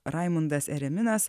raimundas ereminas